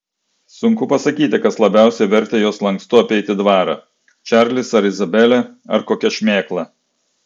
sunku pasakyti kas labiausiai vertė juos lankstu apeiti dvarą čarlis ar izabelė ar kokia šmėkla